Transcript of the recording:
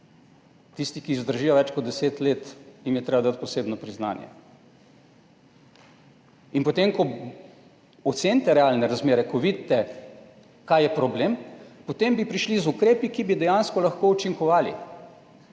Tisti, ki zdržijo več kot deset let, jim je treba dati posebno priznanje. Potem, ko bi ocenili realne razmere, ko bi videli, kaj je problem, potem bi prišli z ukrepi, ki bi dejansko lahko učinkovali.